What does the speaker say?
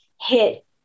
hit